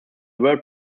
word